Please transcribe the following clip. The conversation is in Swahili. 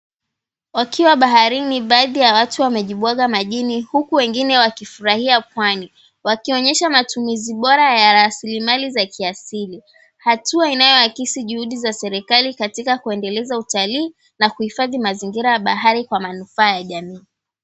Wakiwa baharini, baadhi ya watu wamejibwaga majini, huku wengine wakifraia pwani, wakionyesha matumizi bora ya rasilimali za kiasili, hatua inayoakisi juhudi za serikali katika kuendeleza utalii na kuhifadhi mazingira ya bahari kwa manufaa ya jamii.